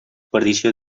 perdició